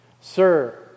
Sir